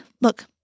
look